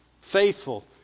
faithful